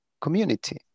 community